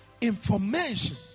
information